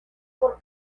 por